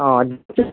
অঁ